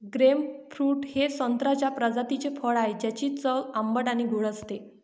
grapefruit हे संत्र्याच्या प्रजातीचे फळ आहे, ज्याची चव आंबट आणि गोड असते